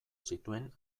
zituen